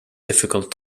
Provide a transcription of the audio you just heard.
difficult